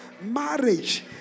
marriage